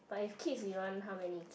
but if kids you want how many